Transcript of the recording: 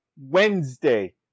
wednesday